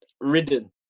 ridden